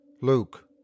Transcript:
Luke